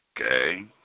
Okay